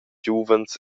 giuvens